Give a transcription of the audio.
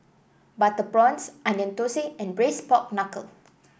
Butter Prawns Onion Thosai and Braised Pork Knuckle